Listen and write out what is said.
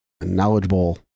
knowledgeable